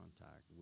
contact